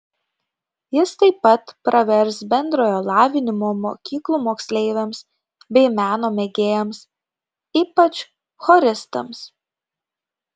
jis taip pat pravers bendrojo lavinimo mokyklų moksleiviams bei meno mėgėjams ypač choristams